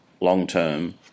long-term